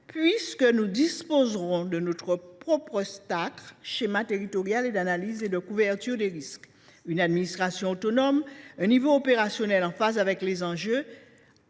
puisque nous disposerons de notre propre schéma territorial d’analyse et de couverture des risques (Stacr). Avec une administration autonome et un niveau opérationnel en phase avec les enjeux,